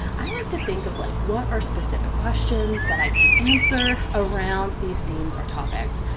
i like to think of like what are specific questions that i can answer around. these themes or topics.